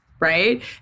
Right